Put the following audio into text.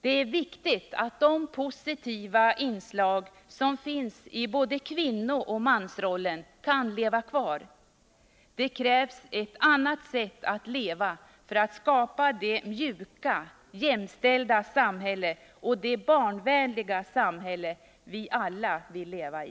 Det är viktigt att det positiva inslag som finns i både kvinnooch mansrollen kan leva kvar. Det krävs ett annat sätt att leva för att skapa det ”mjuka, jämställda” samhälle och det barnvänliga samhälle vi alla vill leva i.